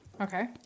Okay